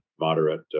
moderate